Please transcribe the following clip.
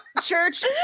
church